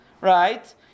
right